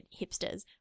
hipsters